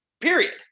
period